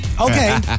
Okay